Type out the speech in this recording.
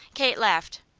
kate laughed.